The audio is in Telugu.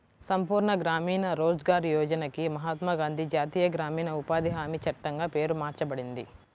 సంపూర్ణ గ్రామీణ రోజ్గార్ యోజనకి మహాత్మా గాంధీ జాతీయ గ్రామీణ ఉపాధి హామీ చట్టంగా పేరు మార్చబడింది